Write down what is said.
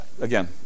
again